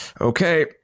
Okay